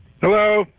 Hello